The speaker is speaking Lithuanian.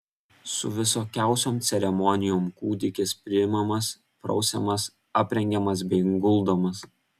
su visokiausiom ceremonijom kūdikis priimamas prausiamas aprengiamas bei guldomas